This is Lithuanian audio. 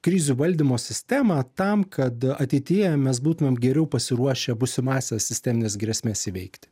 krizių valdymo sistemą tam kad ateityje mes būtumėm geriau pasiruošę būsimąsias sistemines grėsmes įveikti